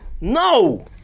No